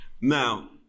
Now